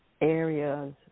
areas